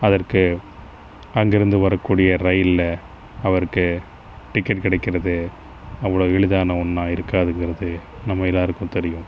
அதற்கு அங்கேயிருந்து வரக் கூடிய ரயிலில் அவருக்கு டிக்கெட் கிடைக்கிறது அவ்வளோ எளிதான ஒன்றா இருக்காதுங்கிறது நம்ம எல்லாருக்கும் தெரியும்